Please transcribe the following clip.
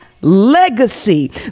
legacy